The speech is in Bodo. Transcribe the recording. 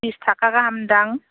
बिस थाखा गाहाम दां